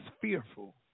fearful